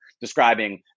describing